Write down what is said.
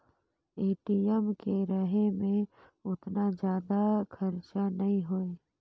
ATM के रहें मे ओतना जादा खरचा नइ होए